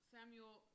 Samuel